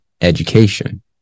education